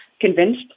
convinced